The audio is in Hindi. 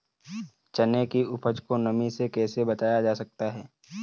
चने की उपज को नमी से कैसे बचाया जा सकता है?